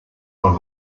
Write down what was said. von